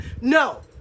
No